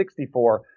64